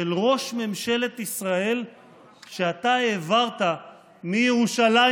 ראש ממשלת ישראל שאתה העברת מירושלים,